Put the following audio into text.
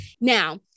Now